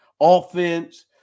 offense